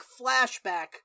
flashback